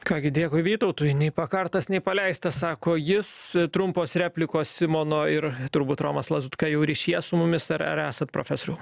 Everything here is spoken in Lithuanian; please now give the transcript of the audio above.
ką gi dėkui vytautui nei pakartas nei paleistas sako jis trumpos replikos simono ir turbūt romas lazutka jau ryšyje su mumis ar ar esat profesoriau